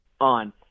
on